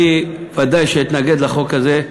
אני בוודאי שאתנגד לחוק הזה,